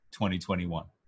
2021